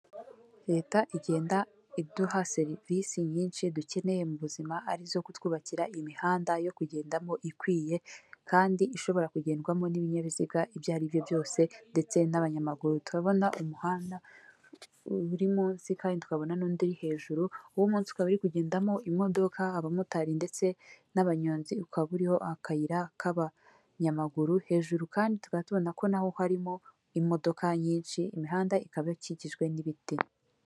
Leta igenda iduha serivisi nyinshi dukeneye mu buzima arizo kutwubakira imihanda yo kugendamo ikwiye kandi ishobora kugendwamo n'ibinyabiziga ibyo ari byo byose ndetse n'abanyamaguru turabona umuhanda uri munsi kandi tukabona n'undi uri hejuru uwo umunsi ukaba kugendamo imodoka, abamotari ndetse n'abanyonzi ukabaho akayira k'abanyamaguru hejuru kandi tukaba tubona ko naho harimo imodoka nyinshi imihanda ikaba ikikijwe n'ibiti.